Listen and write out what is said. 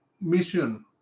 mission